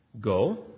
go